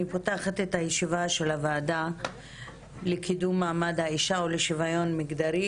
אני פותחת את ישיבת הוועדה לקידום מעמד האישה ולשוויון מגדרי,